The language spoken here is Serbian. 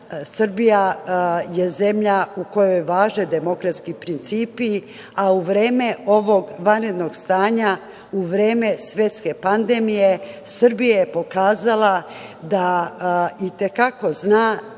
Srbija je zemlja u kojoj važe demokratski principi, a u vreme ovog vanrednog stanja, u vreme svetske pandemije, Srbija je pokazala da i te kako zna da